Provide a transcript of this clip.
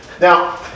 Now